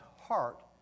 heart